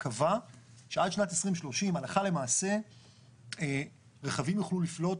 קבע שעד שנת 2030 הלכה למעשה רכבים יוכלו לפלוט,